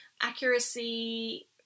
accuracy